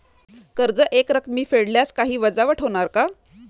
कर्ज एकरकमी फेडल्यास काही वजावट होणार का?